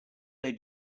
they